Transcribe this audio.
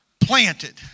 planted